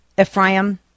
Ephraim